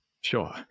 Sure